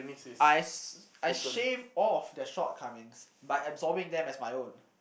I s~ I shaved off their shortcomings by absorbing them as my own